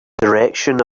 direction